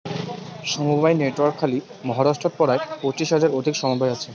সমবায় নেটওয়ার্ক খালি মহারাষ্ট্রত পরায় পঁচিশ হাজার অধিক সমবায় আছি